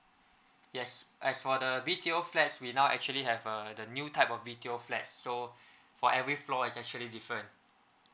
yes as for the B_T_O flat we now actually have a the new type of B_T_O flats so for every floor is actually different